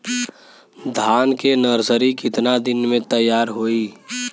धान के नर्सरी कितना दिन में तैयार होई?